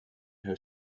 her